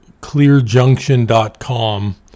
clearjunction.com